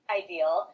ideal